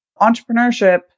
entrepreneurship